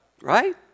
right